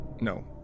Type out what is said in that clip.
no